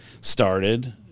started